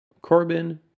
Corbin